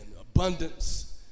abundance